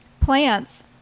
plants